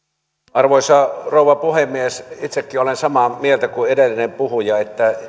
arvoisa rouva puhemies itsekin olen samaa mieltä kuin edellinen puhuja että